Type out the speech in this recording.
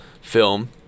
film